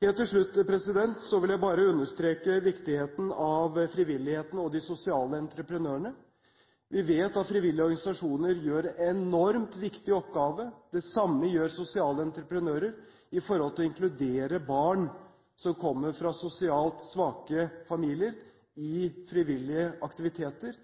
Helt til slutt vil jeg bare understreke viktigheten av frivilligheten og de sosiale entreprenørene. Vi vet at frivillige organisasjoner gjør en enormt viktig oppgave. Det samme gjør sosiale entreprenører med hensyn til å inkludere barn som kommer fra sosialt svake familier, i frivillige aktiviteter.